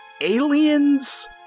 Aliens